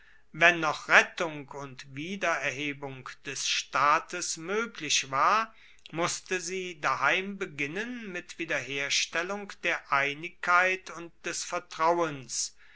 wenn noch rettung und wiedererhebung des staates moeglich war musste sie daheim beginnen mit wiederherstellung der einigkeit und des vertrauens